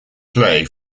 play